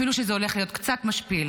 אפילו שזה הולך להיות קצת משפיל,